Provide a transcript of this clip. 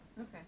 Okay